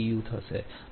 u